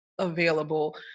available